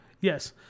Yes